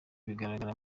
bigaragara